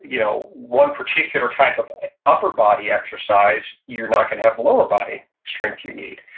you know one particular type of upper body exercise, you're not going to have lower body strength you need.